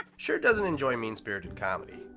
schur doesn't enjoy mean-spirited comedy.